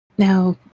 Now